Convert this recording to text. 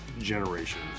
generations